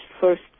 first